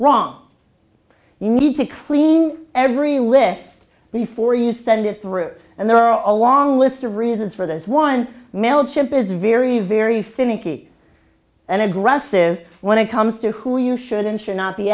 wrong you need to clean every list before you send it through and there are a long list of reasons for this one mail ship is very very finicky and aggressive when it comes to who you should and should not be